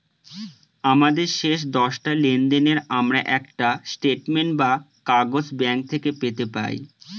আমাদের শেষ দশটা লেনদেনের আমরা একটা স্টেটমেন্ট বা কাগজ ব্যাঙ্ক থেকে পেতে পাই